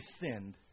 sinned